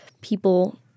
people